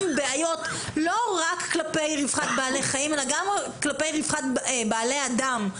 בעיות לא רק כלפי רווחת בעלי החיים אלא גם כלפי רווחת בני אדם.